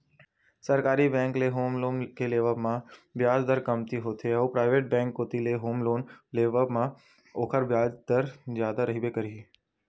सरकारी बेंक ले home loan के लेवब म बियाज दर कमती होथे अउ पराइवेट बेंक कोती ले होम लोन लेवब म ओखर बियाज दर जादा रहिबे करही